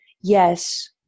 yes